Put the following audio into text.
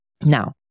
Now